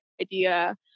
idea